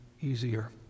easier